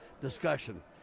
discussion